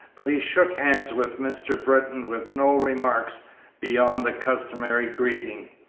but he shook hands with mr. britton with no remarks beyond the customary greeting.